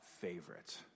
favorite